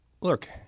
look